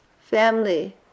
family